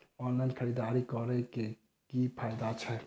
Online खरीददारी करै केँ की फायदा छै?